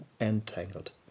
entangled